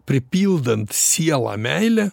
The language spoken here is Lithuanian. pripildant sielą meile